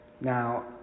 Now